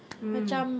mm